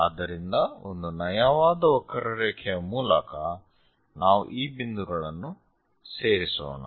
ಆದ್ದರಿಂದ ಒಂದು ನಯವಾದ ವಕ್ರರೇಖೆಯ ಮೂಲಕ ನಾವು ಈ ಬಿಂದುಗಳನ್ನು ಸೇರಿಸೋಣ